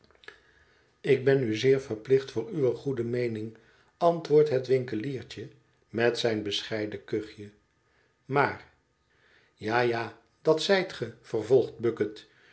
worik ben u zeer verplicht voor uwe goede meening antwoordt het winkeliertje met zijn bescheiden kuchje maar ja ja dat zijt ge vervolgt bucket